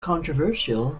controversial